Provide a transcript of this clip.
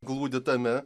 glūdi tame